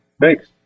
Thanks